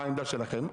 מה העמדה שלכם?